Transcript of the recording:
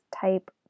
type